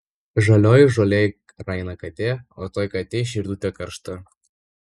žalioj žolėj raina katė o toj katėj širdutė karšta